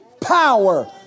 power